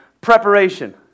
preparation